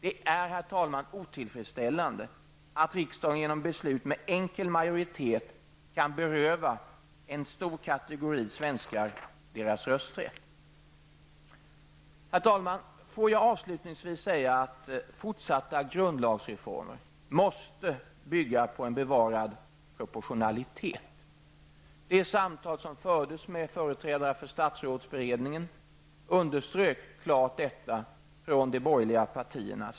Det är, herr talman, otillfredsställande att riksdagen genom beslut med enkel majoritet kan beröva en stor kategori svenskar deras rösträtt. Herr talman! Får jag avslutningsvis säga att fortsatta grundlagsreformer måste bygga på en bevarad proportionalitet. Vid det samtal som fördes med företrädare för statsrådsberedningen underströks detta klart från de borgerliga partierna.